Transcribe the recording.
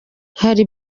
hari